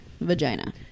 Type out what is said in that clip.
vagina